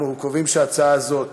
אני קובע שההצעה הזאת